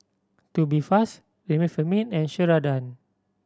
Tubifast Remifemin and Ceradan